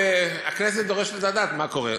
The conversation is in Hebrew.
והכנסת דורשת לדעת מה קורה.